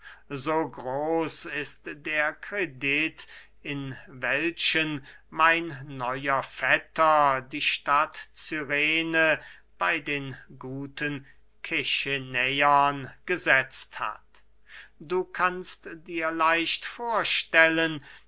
so groß ist der kredit in welchen mein neuer vetter die stadt cyrene bey den guten kechenäern gesetzt hat du kannst dir leicht vorstellen